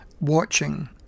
watching